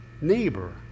neighbor